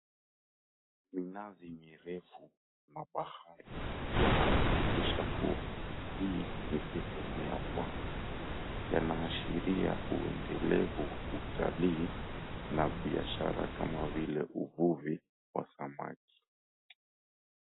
Minazi mirefu na bahari yanadhihirisha kuwa hii ni sehemu ya pwani. Yanaashiria uendelevu wa utalii na biashara kama vile uvuvi wa samaki.